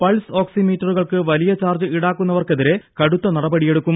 pulse ഓക്സി മീറ്ററുകൾക്ക് വലിയ ചാർജ് ഈടാക്കുന്നവർക്കെതിരെ കടുത്ത നടപടിയെടുക്കും